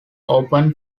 open